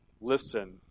listen